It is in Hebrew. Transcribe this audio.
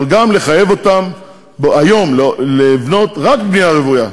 אבל גם לחייב אותם היום לבנות רק בנייה רוויה,